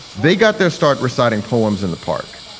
they got their start reciting poems in the park.